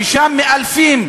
ששם מאלפים,